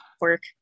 work